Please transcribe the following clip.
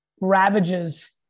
ravages